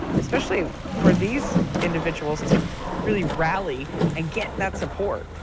especially for these individuals to really rally and get that support.